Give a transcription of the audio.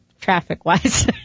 traffic-wise